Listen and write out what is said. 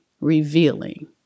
revealing